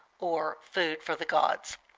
or food for the gods.